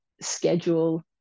schedule